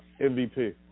MVP